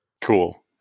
Cool